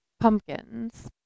pumpkins